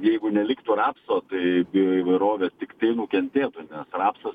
jeigu neliktų rapso tai bioįvairovė tiktai nukentėtų nes rapsas